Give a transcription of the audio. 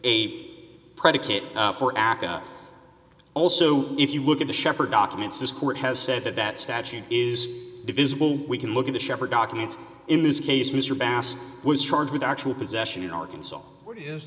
eight predicate for aca also if you look at the shepherd documents this court has said that that statute is divisible we can look at the shepherd documents in this case mr bast was charged with actual possession in arkansas